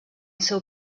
seu